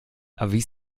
erwies